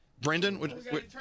Brendan